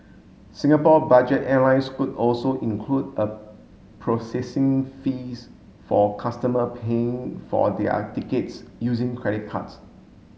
Singapore budget airline Scoot also include a processing fees for customer paying for their tickets using credit cards